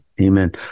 Amen